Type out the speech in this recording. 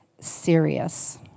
serious